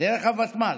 דרך הוותמ"ל,